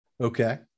Okay